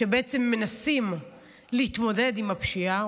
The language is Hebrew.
שמנסים להתמודד עם הפשיעה.